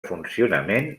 funcionament